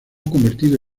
convertido